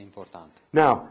Now